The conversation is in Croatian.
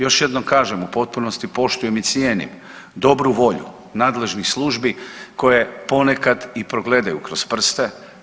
Još jednom kažem, u potpunosti poštujem i cijenim dobru volju nadležnih službi koje ponekad i progledaju kroz prste.